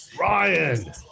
Ryan